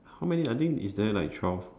how many I think is there like twelve